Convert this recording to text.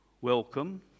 welcome